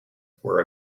were